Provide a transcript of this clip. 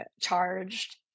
charged